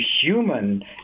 human